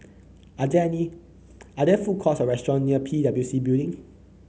are there need are there food courts or restaurants near P W C Building